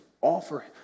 offer